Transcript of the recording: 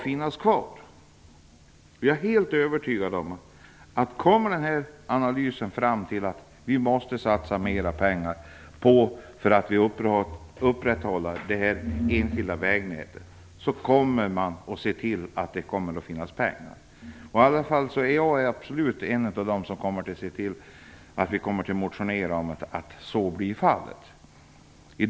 Jag är helt övertygad om att om analysen kommer fram till att vi måste satsa mer pengar för att upprätthålla det enskilda vägnätet kommer man att se till att det finns pengar. Jag är i varje fall absolut en av dem som kommer att se till att motionera om att så blir fallet.